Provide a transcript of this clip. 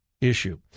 issue